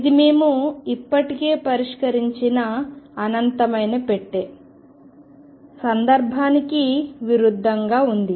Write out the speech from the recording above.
ఇది మేము ఇప్పటికే పరిష్కరించిన అనంతమైన పెట్టె సందర్భానికి విరుద్ధంగా ఉంది